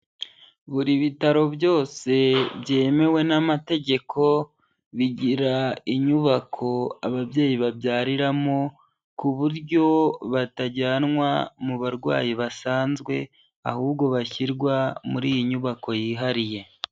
Buri bitaro byose byemewe n'amategeko bigira inyubako ababyeyi babyariramo, ku buryo batajyanwa mu barwayi basanzwe, ahubwo bashyirwa muri iyi nyubako yihariye.